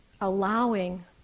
allowing